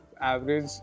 average